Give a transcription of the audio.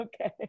okay